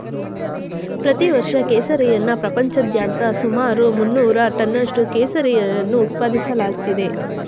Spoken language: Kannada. ಪ್ರತಿ ವರ್ಷ ಕೇಸರಿಯನ್ನ ಪ್ರಪಂಚಾದ್ಯಂತ ಸುಮಾರು ಮುನ್ನೂರು ಟನ್ನಷ್ಟು ಕೇಸರಿಯನ್ನು ಉತ್ಪಾದಿಸಲಾಗ್ತಿದೆ